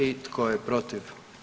I tko je protiv?